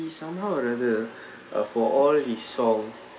he somehow rather uh for all his songs